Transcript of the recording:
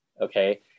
okay